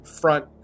front